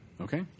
Okay